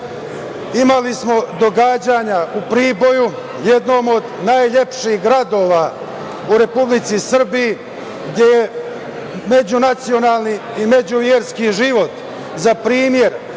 imali smo događanja u Priboju, jednom od najlepših gradova u Republici Srbiji, gde je međunacionalni i međuverski život za primer